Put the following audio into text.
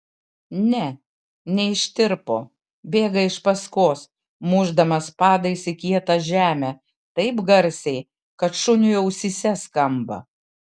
ne neištirpo bėga iš paskos mušdamas padais į kietą žemę taip garsiai kad šuniui ausyse skamba